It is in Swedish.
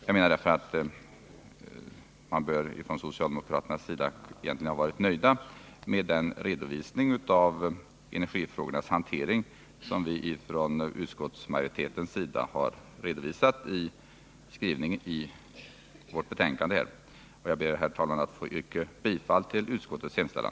Jag menar mot denna bakgrund att socialdemokraterna egentligen borde vara nöjda med den redovisning av energifrågornas hantering som vi från utskottsmajoritetens sida har givit i skrivningen i vårt betänkande, och jag ber, herr talman, att få yrka bifall till utskottets hemställan.